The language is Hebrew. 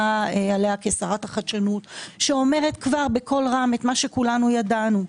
עליה כשרת החדשנות שאומרת בקול רם מה שכולנו ידענו.